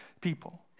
people